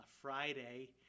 Friday